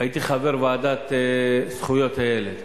הייתי חבר הוועדה לזכויות הילד,